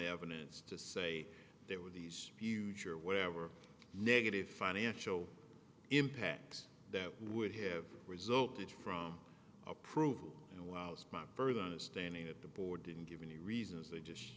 evidence to say there were these huge or whatever negative financial impact that would have resulted from approval and whilst my further understanding that the board didn't give any reasons they just